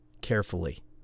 carefully